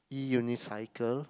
E-unicycle